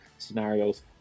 Scenarios